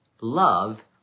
love